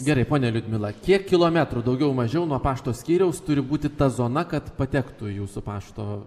gerai ponia liudmila kiek kilometrų daugiau mažiau nuo pašto skyriaus turi būti ta zona kad patektų į jūsų pašto